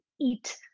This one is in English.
eat